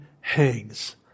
hangs